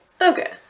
Okay